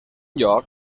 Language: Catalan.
lloc